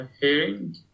hearing